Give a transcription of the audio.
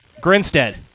Grinstead